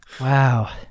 Wow